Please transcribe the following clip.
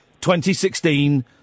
2016